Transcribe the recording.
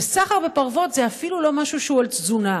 וסחר בפרוות זה אפילו לא משהו שהוא על תזונה,